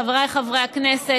חבריי חברי הכנסת,